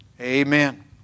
Amen